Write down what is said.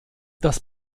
das